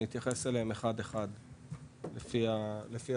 אני אתייחס אליהם אחד אחד לפי הסדר.